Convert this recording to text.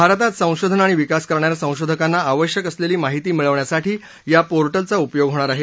भारतात संशोधन आणि विकास करणाऱ्या संशोधकांना आवश्यक असलेली माहिती मिळवण्यासाठी या पोरिबेचा उपयोग होणार आहे